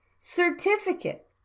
Certificate